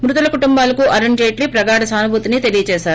మృతుల కుటుంబాలకు అరుణ్ జైట్లీ ప్రగాఢ సానుభూతి తెలియజేశారు